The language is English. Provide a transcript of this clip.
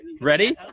Ready